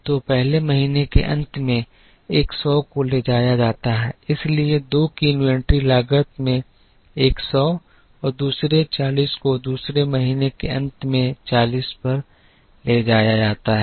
तो पहले महीने के अंत में एक सौ को ले जाया जाता है इसलिए 2 की इन्वेंट्री लागत में एक सौ और दूसरे 40 को दूसरे महीने के अंत में 40 पर ले जाया जाता है